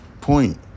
point